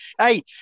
Hey